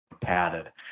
padded